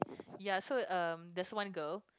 ya so um there's one girl